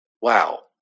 Wow